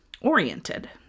oriented